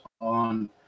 on